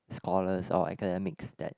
scholars or academics that